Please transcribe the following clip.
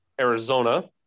Arizona